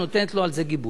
שנותנת לו על זה גיבוי.